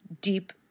deep